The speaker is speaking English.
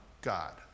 God